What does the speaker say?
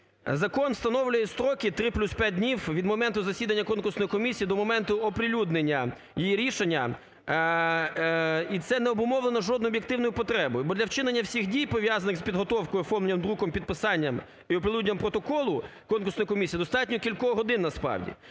Закон встановлює строки 3 плюс 5 днів від моменту засідання конкурсної комісії до моменту оприлюднення її рішення. І це не обумовлено жодною об'єктивною потребою, бо для вчинення всіх дій пов'язаних з підготовкою оформленням, друком, підписанням і оприлюдненням протоколу конкурсної комісії достатньо кількох годин, насправді.